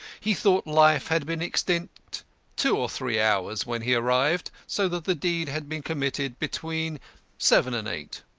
he thought life had been extinct two or three hours when he arrived, so that the deed had been committed between seven and eight.